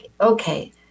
okay